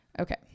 Okay